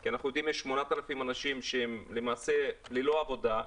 כי אנחנו יודעים שיש 8,000 אנשים שהם למעשה ללא עבודה.